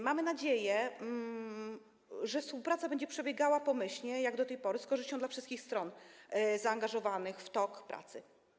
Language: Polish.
Mamy nadzieję, że współpraca będzie przebiegała pomyślnie, jak do tej pory, z korzyścią dla wszystkich stron zaangażowanych w tok pracy.